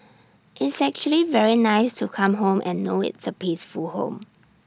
it's actually very nice to come home and know it's A peaceful home